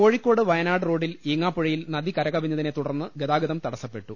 കോഴിക്കോട് വയനാട് റോഡിൽ ഈങ്ങാപുഴയിൽ നദി കര കവിഞ്ഞതിനെ തുടർന്ന് ഗതാഗതം തടസ്സപ്പെട്ടു